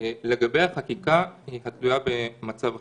לגבי החקיקה במצב חירום,